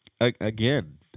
again